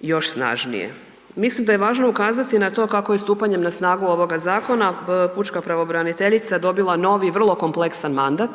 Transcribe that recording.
još snažnije. Mislim da je važno ukazati na to kako je stupanjem na snagu ovoga zakona pučka pravobraniteljica dobila novi vrlo kompleksan mandat,